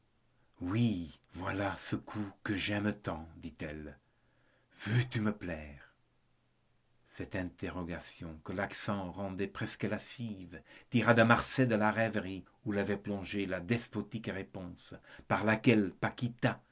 oui voilà ce cou que j'aime tant dit elle veux-tu me plaire cette interrogation que l'accent rendait presque lascive tira de marsay de la rêverie où l'avait plongé la despotique réponse par laquelle